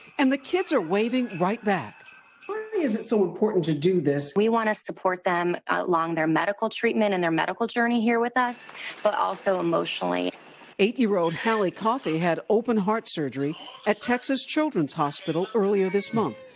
and the kids are waving right back why is it so important to do this we want to support them along their medical treatment and their medical journey here with us but also emotionally. reporter eight year old kelly coffey had open heart surgery at texas children's hospital earlier this month.